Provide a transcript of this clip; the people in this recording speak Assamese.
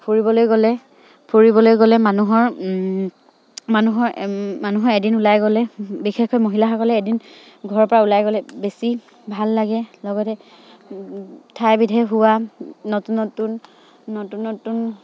ফুৰিবলৈ গ'লে ফুৰিবলৈ গ'লে মানুহৰ মানুহৰ মানুহৰ এদিন ওলাই গ'লে বিশেষকৈ মহিলাসকলে এদিন ঘৰৰপৰা ওলাই গ'লে বেছি ভাল লাগে লগতে ঠাই ভেদে হোৱা নতুন নতুন নতুন নতুন